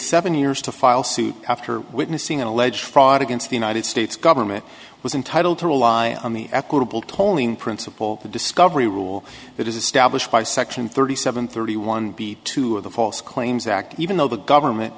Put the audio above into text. seven years to file suit after witnessing an alleged fraud against the united states government was entitle to rely on the equitable tolling principle of the discovery rule that is established by section thirty seven thirty one b two of the false claims act even though the government